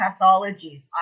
pathologies